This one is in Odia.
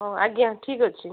ହଁ ଆଜ୍ଞା ଠିକ୍ ଅଛି